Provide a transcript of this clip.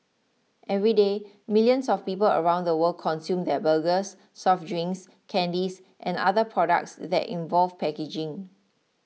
everyday millions of people around the world consume their burgers soft drinks candies and other products that involve packaging